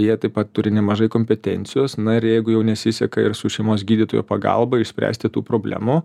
jie taip pat turi nemažai kompetencijos na ir jeigu jau nesiseka ir su šeimos gydytojo pagalba išspręsti tų problemų